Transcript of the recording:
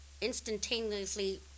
instantaneously